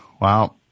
Wow